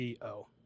CO